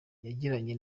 yagiranye